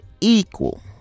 equal